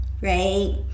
right